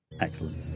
Excellent